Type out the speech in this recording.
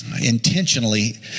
intentionally